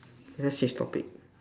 let's change topic